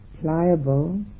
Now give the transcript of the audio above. pliable